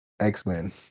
X-Men